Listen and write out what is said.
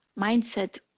mindset